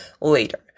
later